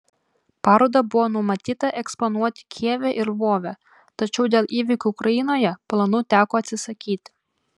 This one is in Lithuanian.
parodą buvo numatyta eksponuoti kijeve ir lvove tačiau dėl įvykių ukrainoje planų teko atsisakyti